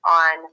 on